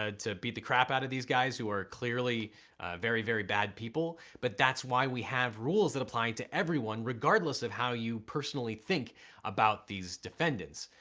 ah to beat the crap out of these guys who are clearly very very bad people but that's why we have rules that apply to everyone regardless of how you personally think about these defendants.